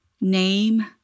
name